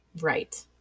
Right